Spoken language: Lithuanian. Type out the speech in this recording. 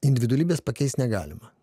individualybės pakeist negalima